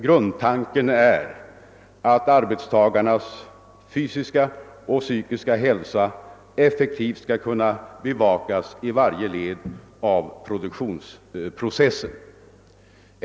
Grundtanken är att arbetstagarnas fysiska och psykiska hälsa effektivt skall kunna bevakas i varje led av produktionsprocessen.